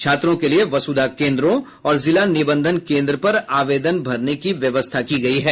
छात्रों के लिए वसुधा केन्द्रों और जिला निबंधन केन्द्र पर आवेदन भरने की व्यवस्था की गयी है